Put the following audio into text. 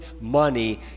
money